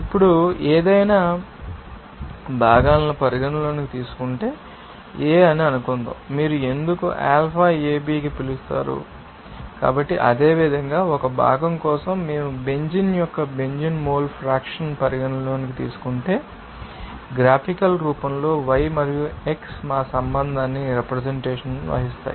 ఇప్పుడు మేము ఏదైనా భాగాలను పరిగణనలోకి తీసుకుంటే A అని అనుకుందాం మీరు ఎందుకు αAB కి పిలుస్తారు అని మీకు తెలుసు కాబట్టి అదేవిధంగా ఒక భాగం కోసం మేము బెంజీన్ యొక్క బెంజీన్ మోల్ ఫ్రాక్షన్ పరిగణనలోకి తీసుకుంటే గ్రాఫికల్ రూపంలో y మరియు x మా సంబంధాన్ని రెప్రెసెంటేషన్ వహిస్తాము